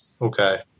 Okay